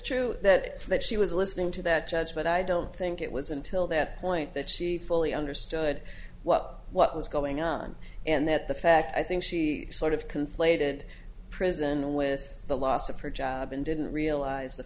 true that that she was listening to that judge but i don't think it was until that point that she fully understood what what was going on and that the fact i think she sort of conflated prison with the loss of her job and didn't realize the